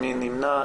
מי נמנע?